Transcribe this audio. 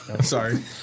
Sorry